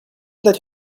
that